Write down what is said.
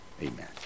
amen